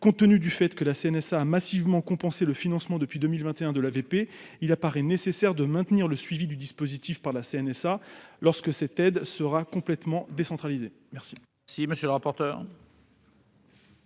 compte tenu du fait que la CNSA massivement compenser le financement depuis 2021 de la VP, il apparaît nécessaire de maintenir le suivi du dispositif par la CNSA lorsque cette aide sera complètement décentralisée, merci